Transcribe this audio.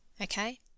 Okay